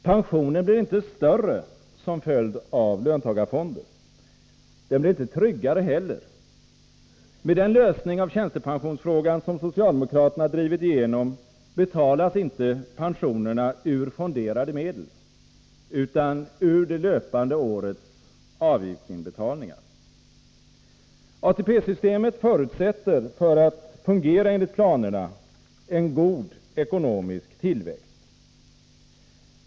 Pensionen blir inte större som följd av löntagarfonder. Den blir inte tryggare heller. Med den lösning av tjänstepensionsfrågan som socialdemokraterna drivit igenom betalas inte pensionerna ur fonderade medel utan ur det löpande årets avgiftsinbetalningar. ATP-systemet förutsätter för att fungera enligt planerna en god ekonomisk tillväxt.